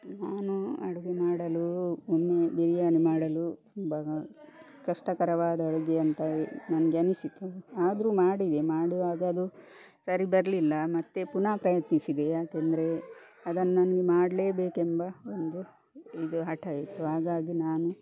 ನಾನು ಅಡುಗೆ ಮಾಡಲು ಒಮ್ಮೆ ಬಿರಿಯಾನಿ ಮಾಡಲು ತುಂಬ ಕಷ್ಟಕರವಾದ ಅಡುಗೆ ಅಂತ ನನಗೆ ಅನಿಸಿತು ಆದರೂ ಮಾಡಿದೆ ಮಾಡುವಾಗ ಅದು ಸರಿ ಬರಲಿಲ್ಲ ಮತ್ತು ಪುನಃ ಪ್ರಯತ್ನಿಸಿದೆ ಯಾಕೆಂದರೆ ಅದನ್ನೊಂದು ಮಾಡಲೇ ಬೇಕೆಂಬ ಒಂದು ಇದು ಹಠ ಇತ್ತು ಹಾಗಾಗಿ ನಾನು